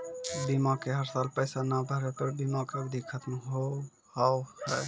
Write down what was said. बीमा के हर साल पैसा ना भरे पर बीमा के अवधि खत्म हो हाव हाय?